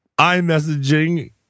iMessaging